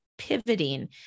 pivoting